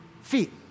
feet